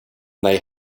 they